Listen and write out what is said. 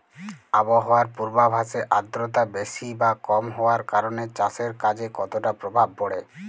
আবহাওয়ার পূর্বাভাসে আর্দ্রতা বেশি বা কম হওয়ার কারণে চাষের কাজে কতটা প্রভাব পড়ে?